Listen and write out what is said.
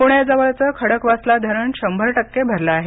प्ण्याजवळचं खडकवासला धरण शंभर टक्के भरलं आहे